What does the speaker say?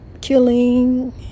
Killing